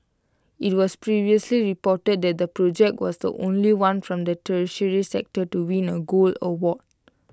IT was previously reported that the project was the only one from the tertiary sector to win A gold award